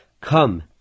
come